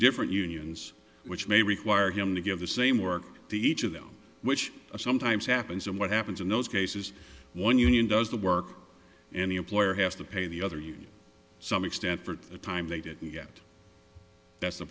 different unions which may require him to give the same work to each of them which sometimes happens and what happens in those cases one union does the work and the employer has to pay the other you some extent for the time they didn't get that's